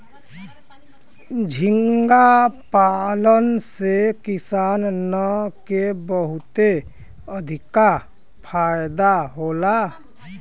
झींगा पालन से किसानन के बहुते अधिका फायदा होला